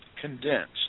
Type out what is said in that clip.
condensed